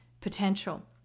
potential